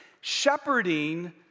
shepherding